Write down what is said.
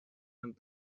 and